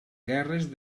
guerres